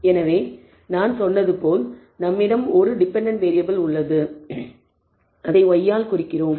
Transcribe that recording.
எனவே நான் சொன்னது போல் நம்மிடம் ஒரு டிபெண்டன்ட் வேறியபிள் உள்ளது அதை y ஆல் குறிக்கிறோம்